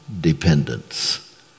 Dependence